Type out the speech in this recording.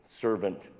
servant